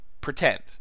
pretend